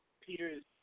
Peter's